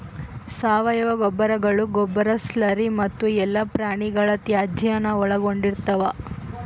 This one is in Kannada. ಸಾವಯವ ಗೊಬ್ಬರಗಳು ಗೊಬ್ಬರ ಸ್ಲರಿ ಮತ್ತು ಎಲ್ಲಾ ಪ್ರಾಣಿಗಳ ತ್ಯಾಜ್ಯಾನ ಒಳಗೊಂಡಿರ್ತವ